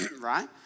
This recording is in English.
right